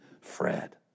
Fred